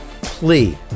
plea